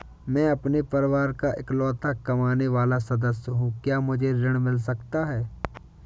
मैं अपने परिवार का इकलौता कमाने वाला सदस्य हूँ क्या मुझे ऋण मिल सकता है?